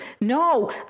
No